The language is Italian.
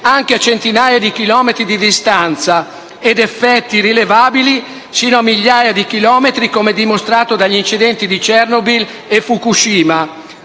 anche a centinaia di chilometri di distanza ed effetti rilevabili sino a migliaia di chilometri, come dimostrato dagli incidenti di Chernobyl e Fukushima.